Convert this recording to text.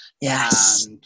Yes